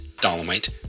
dolomite